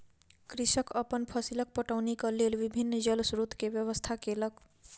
कृषक अपन फसीलक पटौनीक लेल विभिन्न जल स्रोत के व्यवस्था केलक